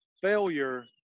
Failure